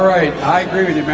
i agree with you, man.